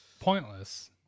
pointless